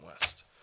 west